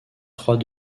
trois